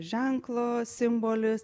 ženklo simbolis